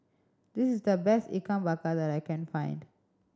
this is the best Ikan Bakar that I can find